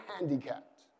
handicapped